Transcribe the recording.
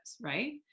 right